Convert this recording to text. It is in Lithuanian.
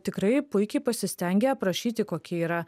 tikrai puikiai pasistengė aprašyti kokie yra